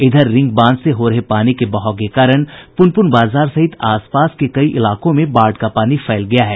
इधर रिंग बांध से हो रहे पानी के बहाव के कारण पुनपुन बाजार सहित आसपास के कई इलाकों में बाढ़ का पानी फैल गया है